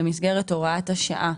במסגרת הוראת השעה,